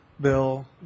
Bill